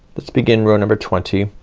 let's begin row number twenty.